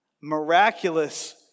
miraculous